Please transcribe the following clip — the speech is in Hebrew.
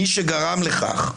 מי שגרם לכך,